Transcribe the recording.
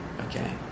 Okay